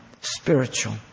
spiritual